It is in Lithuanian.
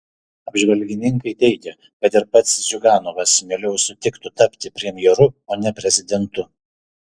apžvalgininkai teigia kad ir pats ziuganovas mieliau sutiktų tapti premjeru o ne prezidentu